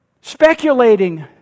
speculating